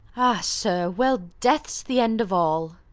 ah sir well, death's the end of all.